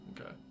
Okay